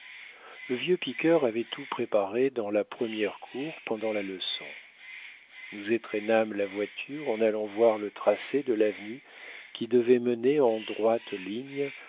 le vieux piqueur avait tout préparé dans la première cour pendant la leçon nous entraînâmes la voiture en allant voir le tracé de l'avenue qui devait mener en droite ligne